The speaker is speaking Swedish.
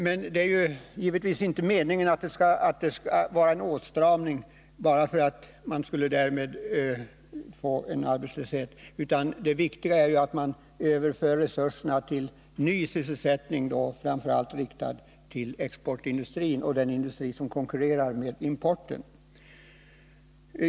Men det är givetvis inte meningen att det skall ske en åtstramning bara för att man därmed skulle få arbetslöshet, utan det viktiga är ju att man överför resurserna till ny sysselsättning och framför allt inriktar sig på exportindustrin och den industri som konkurrerar med importen.